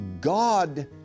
God